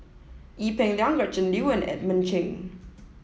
Ee Peng Liang Gretchen Liu and Edmund Cheng